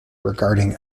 regarding